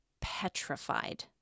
petrified